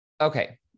Okay